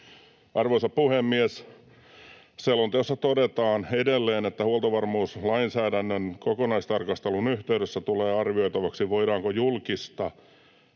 Arvoisa puhemies! ”Selonteossa todetaan edelleen, että huoltovarmuuslainsäädännön kokonaistarkastelun yhteydessä tulee arvioitavaksi, voidaanko julkisista